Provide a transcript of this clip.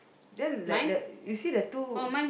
then like the you see the two